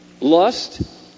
Lust